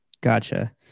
Gotcha